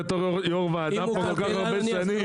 בתור יו"ר ועדה כל כך הרבה שנים,